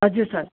हजुर सर